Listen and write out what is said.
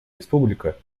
республика